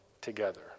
together